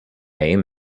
aim